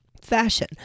fashion